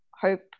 hope